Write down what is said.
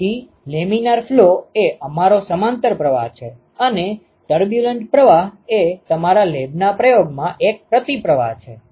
તેથી laminar flow એ અમારો સમાંતર પ્રવાહ છે અને ટર્બ્યુલન્ટ પ્રવાહ એ તમારા લેબના પ્રયોગમાં એક પ્રતિપ્રવાહ છે